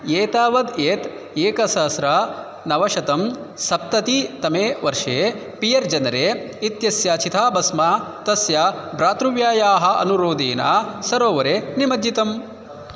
एतावत् यत् एकसहस्रं नवशतं सप्ततितमे वर्षे पीयर् जनरे इत्यस्य छिथा बस्मा तस्य भ्रातृव्यायाः अनुरोदीना सरोवरे निमज्जितम्